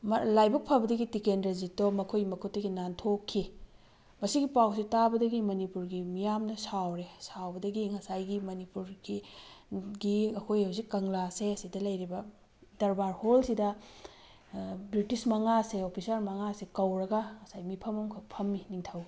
ꯂꯥꯏꯕꯛ ꯐꯕꯗꯒꯤ ꯇꯤꯀꯦꯟꯗ꯭ꯔꯖꯤꯠꯇꯣ ꯃꯈꯣꯏꯒꯤ ꯃꯈꯨꯠꯇꯒꯤ ꯅꯥꯟꯊꯣꯛꯈꯤ ꯃꯁꯤꯒꯤ ꯄꯥꯎꯁꯦ ꯇꯥꯕꯗꯒꯤ ꯃꯅꯤꯄꯨꯔꯒꯤ ꯃꯤꯌꯥꯝꯅ ꯁꯥꯎꯔꯦ ꯁꯥꯎꯕꯗꯒꯤ ꯉꯁꯥꯏꯒꯤ ꯃꯅꯤꯄꯨꯔꯒꯤ ꯒꯤ ꯑꯩꯈꯣꯏꯒꯤ ꯍꯧꯖꯤꯛ ꯀꯪꯂꯥꯁꯦ ꯑꯁꯤꯗ ꯂꯩꯔꯤꯕ ꯗꯔꯕꯥꯔ ꯍꯣꯜꯁꯤꯗ ꯕ꯭ꯔꯤꯇꯤꯁ ꯃꯉꯥꯁꯦ ꯑꯣꯐꯤꯁꯥꯔ ꯃꯉꯥꯁꯦ ꯀꯧꯔꯒ ꯃꯤꯐꯝ ꯑꯃꯈꯛ ꯐꯝꯃꯤ ꯅꯤꯡꯊꯧ